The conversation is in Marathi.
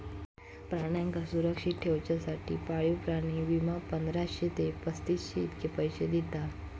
प्राण्यांका सुरक्षित ठेवच्यासाठी पाळीव प्राणी विमा, पंधराशे ते पस्तीसशे इतके पैशे दिता